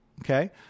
okay